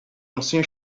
ancien